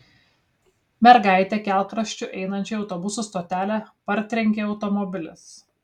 mergaitę kelkraščiu einančią į autobusų stotelę partrenkė automobilis